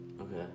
Okay